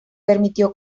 permitió